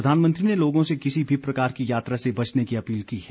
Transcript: प्रधानमंत्री ने लोगों से किसी भी प्रकार की यात्रा से बचने की अपील की है